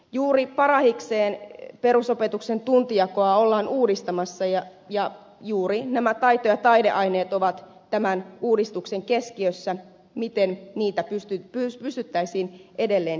juuri parahikseen perusopetuksen tuntijakoa ollaan uudistamassa ja juuri nämä taito ja taideaineet ovat tämän uudistuksen keskiössä se miten niitä pystyttäisiin edelleen edistämään